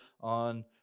on